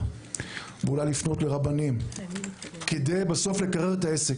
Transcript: ואולי לפנות לרבנים כדי לקרר את העסק.